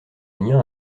lien